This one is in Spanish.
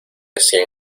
cien